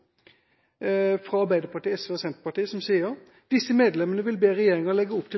Arbeiderpartiet, SV og Senterpartiet sier: «Disse medlemmer vil be regjeringen legge opp til